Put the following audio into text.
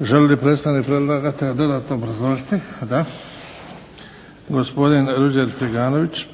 Želi li predstavnik predlagatelja dodatno obrazložiti? Da. Gospodin Ruđer Friganović,